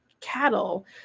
cattle